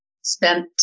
spent